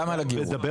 אני לא